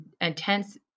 intense